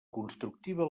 constructiva